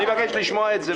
אני מבקש לשמוע את זה.